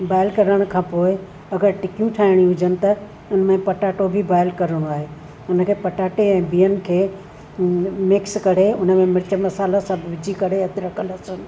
boil करण खां पोइ अगरि टिकियूं ठाहिणी हुजनि त उन में पटाटो बि बॉयल करणो आहे हुनखे पटाटे ऐं बिहनि खे मिक्स करे हुनमें मिर्च मसालो सभु विझी करे अदरक लहसुन